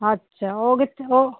ਅੱਛਾ ਉਹ ਕਿੱਥੇ ਉਹ